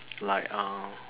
like uh